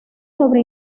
sobre